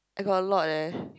I got a lot eh